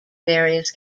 various